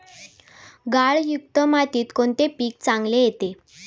गाळयुक्त मातीत कोणते पीक चांगले येते?